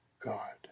God